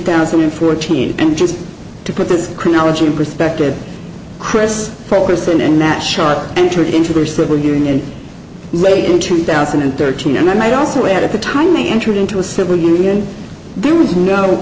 thousand and fourteen and just to put this criminology in perspective chris ferguson and nashar entered into their civil union late in two thousand and thirteen and i might also add at the time they entered into a civil union there was no